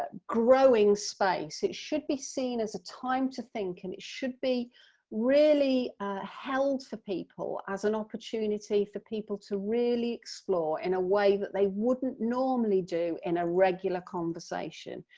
ah growing space, it should be seen as a time to think and it should be really held for people as an opportunity for people to really explore in a way that they wouldn't normally do in a regular conversation.